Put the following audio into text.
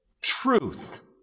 truth